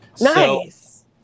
Nice